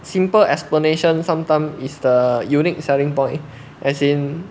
simple explanation sometime is the unique selling point as in